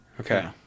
Okay